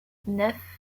neuf